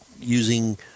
using